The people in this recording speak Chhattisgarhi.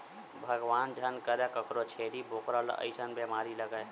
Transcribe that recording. भगवान झन करय कखरो छेरी बोकरा ल अइसन बेमारी लगय